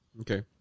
okay